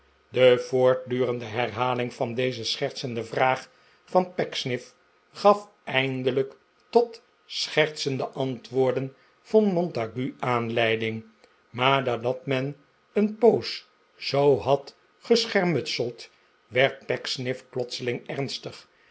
de voortdurende herhaling van deze schertsende vraag van pecksniff gaf eindelijk tot schertsende antwoorden van montague aanleiding maar nadat men een poos zoo had geschermutseld werd pecksniff plotseling ernstig